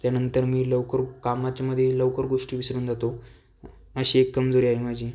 त्यांनतर मी लवकर कामाच्या मधे लवकर गोष्टी विसरून जातो अशी एक कमजोरी आहे माझी